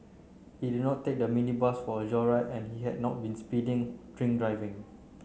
he did not take the minibus for a joyride and he had not been speeding drink driving